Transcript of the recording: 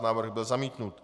Návrh byl zamítnut.